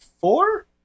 four